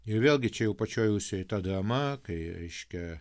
ir vėlgi čia jau pačioj rusijoj ta drama kai reiškia